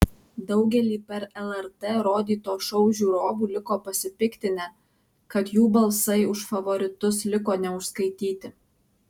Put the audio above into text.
daugelį per lrt rodyto šou žiūrovų liko pasipiktinę kad jų balsai už favoritus liko neužskaityti